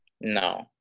No